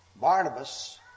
Barnabas